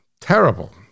Terrible